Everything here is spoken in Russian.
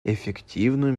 эффективную